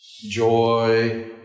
joy